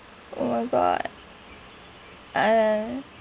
oh my god uh